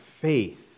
faith